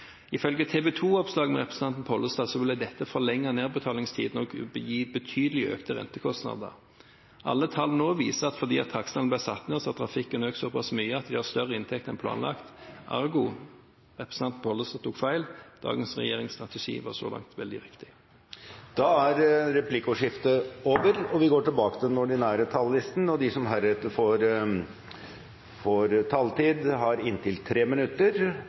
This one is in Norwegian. Ifølge TV 2-oppslag med representanten Pollestad ville dette forlenge nedbetalingstiden og gi betydelig økte rentekostnader. Alle tall viser nå at fordi takstene ble satt ned, er trafikken økt såpass mye at vi har større inntekter enn planlagt. Ergo: representanten Pollestad tok feil, dagens regjerings strategi var så langt veldig riktig. Replikkordskiftet er omme. De talere som heretter får ordet, har en taletid på inntil 3 minutter. Når jeg nå tar ordet, er det fordi jeg har